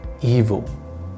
evil